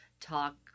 talk